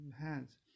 hands